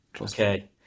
okay